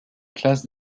classe